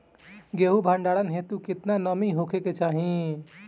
गेहूं के भंडारन हेतू कितना नमी होखे के चाहि?